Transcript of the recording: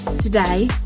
today